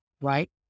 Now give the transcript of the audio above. right